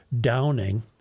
Downing